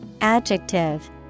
adjective